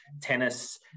tennis